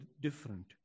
different